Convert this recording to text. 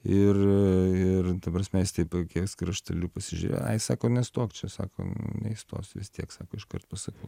ir ir ta prasme jis taip akies krašteliu pasižiūrėjo ai sako nestok čia sako neįstosi vis tiek sako iš kart pasakau